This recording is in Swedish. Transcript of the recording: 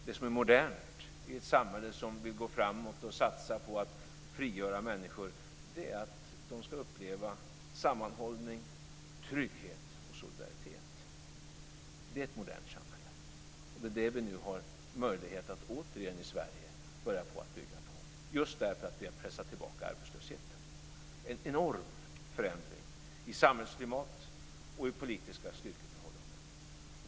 Det som är modernt i ett samhälle som vill gå framåt och satsa på att frigöra människor är att de ska uppleva sammanhållning, trygghet och solidaritet. Det är ett modernt samhälle. Det är det vi nu har möjlighet att återigen börja bygga på i Sverige, just därför att vi har pressat tillbaka arbetslösheten. Det är en enorm förändring i samhällsklimat och i politiska styrkeförhållanden.